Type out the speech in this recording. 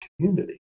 community